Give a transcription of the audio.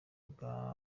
bwa